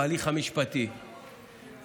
בהליך המשפטי,